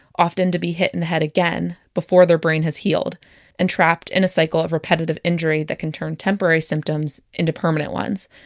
often to be hit in the head, again, before their brain has healed and trapped in a cycle of repetitive injury that can turn temporary symptoms into permanent ones.